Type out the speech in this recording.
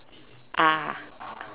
ah